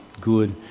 good